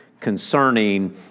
concerning